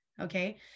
okay